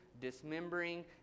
dismembering